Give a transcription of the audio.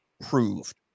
proved